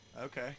okay